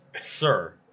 Sir